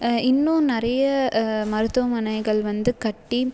இன்னும் நிறைய மருத்துவமனைகள் வந்து கட்டி